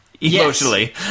emotionally